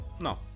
No